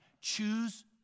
Choose